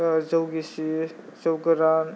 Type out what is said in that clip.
जौ गिसि जौ गोरान